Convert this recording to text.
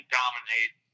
dominate